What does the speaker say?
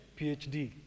PhD